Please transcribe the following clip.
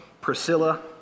Priscilla